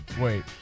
Wait